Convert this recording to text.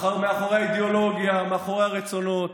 מאחורי האידיאולוגיה, מאחורי הרצונות.